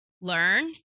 learn